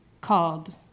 called